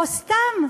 או סתם,